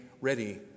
ready